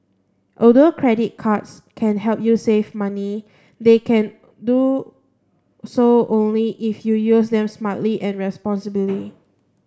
although credit cards can help you save money they can do so only if you use them smartly and responsibly